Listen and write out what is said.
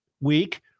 week